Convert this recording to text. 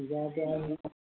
क्या क्या